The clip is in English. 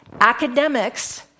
academics